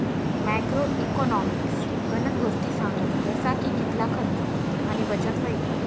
macro economics गनज गोष्टी सांगस जसा की कितला खर्च आणि बचत व्हयनी